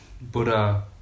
Buddha